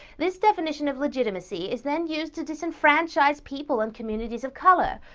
this definition of legitimacy is then used to disenfranchise people and communities of color.